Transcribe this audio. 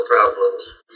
problems